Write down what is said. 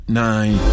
nine